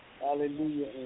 Hallelujah